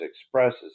expresses